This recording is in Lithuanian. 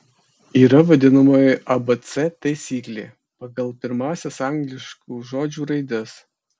yra vadinamoji abc taisyklė pagal pirmąsias angliškų žodžių raides